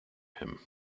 him